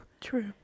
True